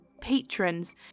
patrons